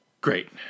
great